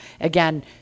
Again